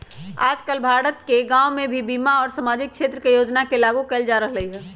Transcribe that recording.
आजकल भारत के गांव में भी बीमा और सामाजिक क्षेत्र के योजना के लागू कइल जा रहल हई